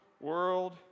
world